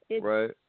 Right